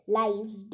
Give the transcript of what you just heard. lives